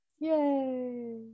yay